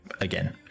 again